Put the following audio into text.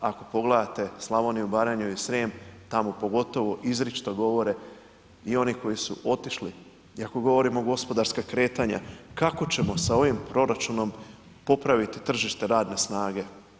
Ako pogledate Slavoniju, Baranju i Srijem tamo pogotovo izričito govore i oni koji su otišli. i ako govorimo gospodarska kretanja, kako ćemo sa ovim proračunom popraviti tržište radne snage?